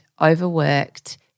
overworked